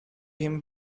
him